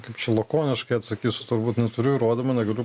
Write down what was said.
kaip čia lakoniškai atsakysiu turbūt neturiu rodomų negaliu